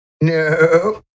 No